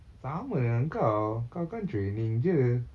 sama dengan kau kau kan training jer